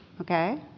Okay